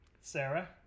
Sarah